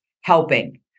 helping